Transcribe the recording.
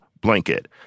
blanket